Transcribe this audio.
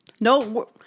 No